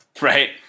Right